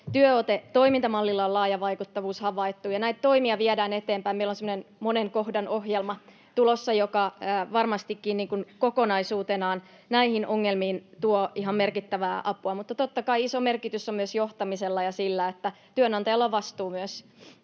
Työote-toimintamallilla on laaja vaikuttavuus havaittu. Näitä toimia viedään eteenpäin. Meillä on tulossa semmoinen monen kohdan ohjelma, joka varmastikin kokonaisuutena näihin ongelmiin tuo ihan merkittävää apua. Mutta totta kai iso merkitys on myös johtamisella ja sillä, että työnantajalla on vastuu myös